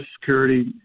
Security